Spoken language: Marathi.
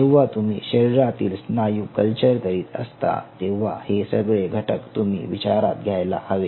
जेव्हा तुम्ही शरीरातील स्नायू कल्चर करीत असता तेव्हा हे सगळे घटक तुम्ही विचारात घ्यायला हवे